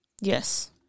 Yes